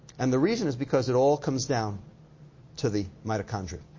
and the reason is because it all comes down to the mitochondria.